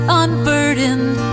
unburdened